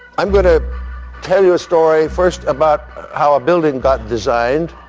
i'm going to tell you a story first about how a building got designed,